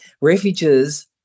refugees